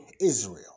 Israel